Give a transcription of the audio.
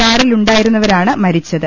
കാറിലുണ്ടായിരുന്നവരാണ് മരിച്ചത്